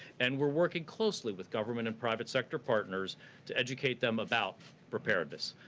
and we're working closely with government and private sector partners to educate them about preparedness.